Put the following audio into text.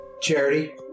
Charity